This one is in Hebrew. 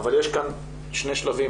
אבל יש כאן שני שלבים,